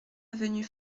avenue